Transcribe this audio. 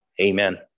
Amen